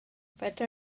fedra